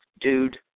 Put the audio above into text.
dude